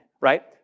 right